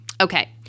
Okay